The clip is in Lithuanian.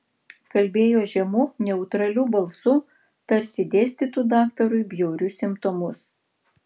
kalbėjo žemu neutraliu balsu tarsi dėstytų daktarui bjaurius simptomus